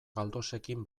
galdosekin